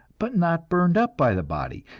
but not burned up by the body.